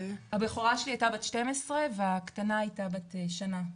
הבכורה שלי היתה בת 12 והקטנה היתה בת שנה וקצת.